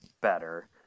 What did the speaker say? better